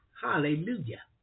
Hallelujah